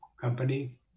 company